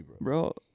Bro